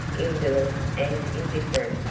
indolent, and indifferent,